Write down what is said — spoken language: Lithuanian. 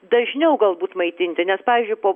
dažniau galbūt maitinti nes pavyzdžiui po